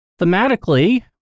thematically